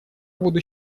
буду